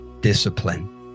discipline